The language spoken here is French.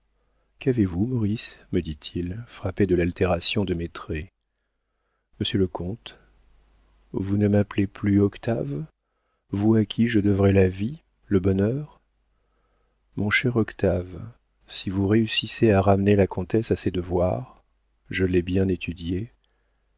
qu'avez-vous maurice me dit-il frappé de l'altération de mes traits monsieur le comte vous ne m'appelez plus octave vous à qui je devrai la vie le bonheur mon cher octave si vous réussissez à ramener la comtesse à ses devoirs je l'ai bien étudiée